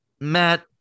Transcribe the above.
Matt